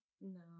No